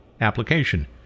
application